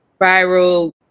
viral